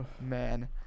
Man